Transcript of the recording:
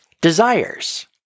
Desires